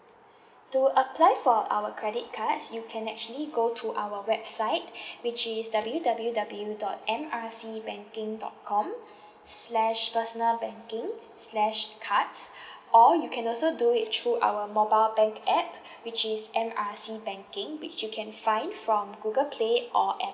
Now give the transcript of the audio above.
to apply for our credit cards you can actually go to our website which is W_W_W dot M R C banking dot com slash personal banking slash cards or you can also do it through our mobile bank app which is M R C banking which you can find from google play or apple